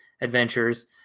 adventures